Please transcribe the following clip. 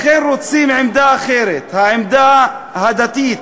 לכן רוצים עמדה אחרת, העמדה הדתית.